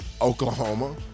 Oklahoma